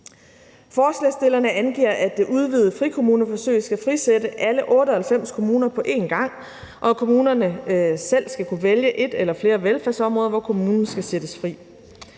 Forslagsstillerne angiver, at det udvidede frikommuneforsøg skal frisætte alle 98 kommuner på en gang, og at kommunerne selv skal kunne vælge et eller flere velfærdsområder, hvor kommunen skal sættes fri.